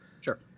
Sure